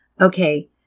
Okay